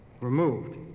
removed